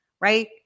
right